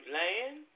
land